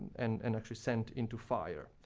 and and actually sent into fire.